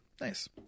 nice